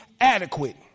adequate